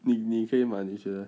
你你可以吗你觉得